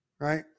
Right